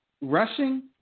Rushing